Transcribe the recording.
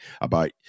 about-